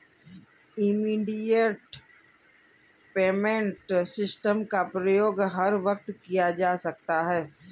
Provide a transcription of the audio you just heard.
immediate payment system का प्रयोग हर वक्त किया जा सकता है